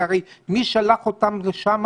הרי מי שלח אותם לשם?